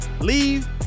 leave